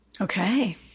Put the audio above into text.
Okay